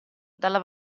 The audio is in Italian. dalla